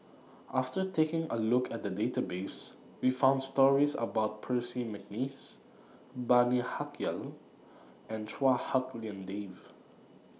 after taking A Look At The Database We found stories about Percy Mcneice Bani Haykal and Chua Hak Lien Dave